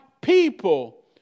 people